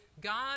God